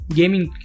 gaming